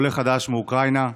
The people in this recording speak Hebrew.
עולה חדש מאוקראינה.